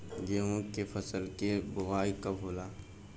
गेहूं के फसल के बोआई कब होला?